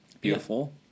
Beautiful